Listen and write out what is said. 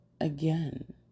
again